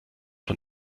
von